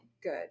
Good